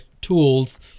tools